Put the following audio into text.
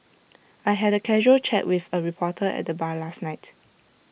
I had A casual chat with A reporter at the bar last night